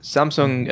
Samsung